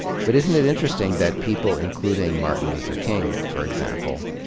but isn't it interesting that people, including martin luther king, for example,